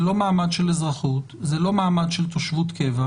זה לא מעמד של אזרחות, זה לא מעמד של תושבות קבע,